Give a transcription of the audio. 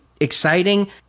exciting